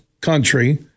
country